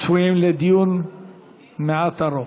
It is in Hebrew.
צפויים לדיון מעט ארוך.